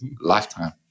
Lifetime